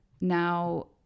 Now